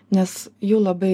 nes jų labai